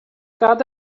got